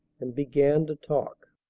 and began to talk.